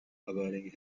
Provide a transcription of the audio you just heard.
averting